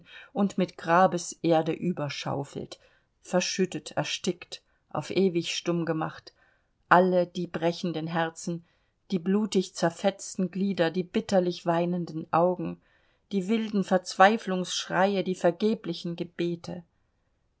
und mit grabeserde überschaufelt verschüttet erstickt auf ewig stumm gemacht alle die brechenden herzen die blutig zerfetzten glieder die bitterlich weinenden augen die wilden verzweiflungsschreie die vergeblichen gebete